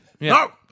No